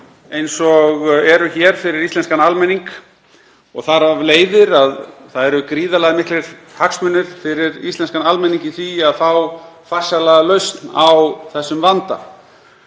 mál og eru hér fyrir íslenskan almenning og þar af leiðandi eru gríðarlega miklir hagsmunir fyrir íslenskan almenning í því að fá farsæla lausn á þessum vanda.